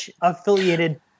affiliated